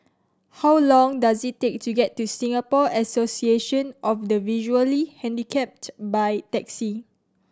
how long does it take to get to Singapore Association of the Visually Handicapped by taxi